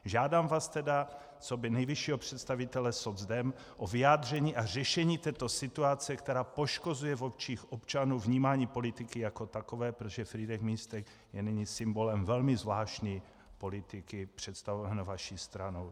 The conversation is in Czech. Žádám vás tedy coby nejvyššího představitele socdem o vyjádření a řešení této situace, která poškozuje v očích občanů vnímání politiky jako takové, protože FrýdekMístek je nyní symbolem velmi zvláštní politiky představované vaší stranou.